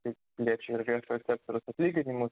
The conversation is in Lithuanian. tai liečia ir viešojo sekoriaus atlyginimus